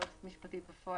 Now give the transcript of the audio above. יועצת משפטית בפועל,